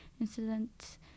incident